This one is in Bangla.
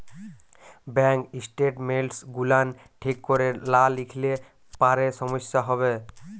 ব্যাংক ইসটেটমেল্টস গুলান ঠিক ক্যরে লা লিখলে পারে সমস্যা হ্যবে